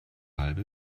halbe